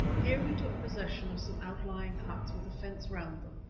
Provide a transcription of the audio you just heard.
here we took possession of some outlying huts with a fence round them,